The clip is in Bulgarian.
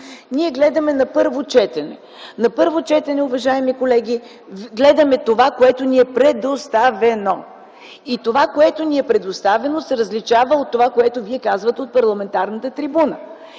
Ние гледаме на първо четене законопроект. На първо четене, уважаеми колеги, гледаме това, което ни е предоставено. А това, което ни е предоставено, се различава от това, което Вие казвате от парламентарната трибуна.